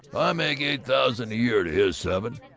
i make eight thousand a year to his seven!